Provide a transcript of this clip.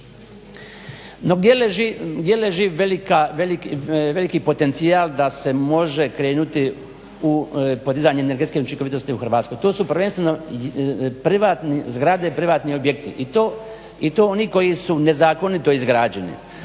No, gdje leži veliki potencijal da se može krenuti u podizanje energetske učinkovitosti u Hrvatskoj. To su prvenstveno privatne zgrade, privatni objekti i to oni koji su nezakonito izgrađeni.